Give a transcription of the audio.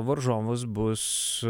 varžovas bus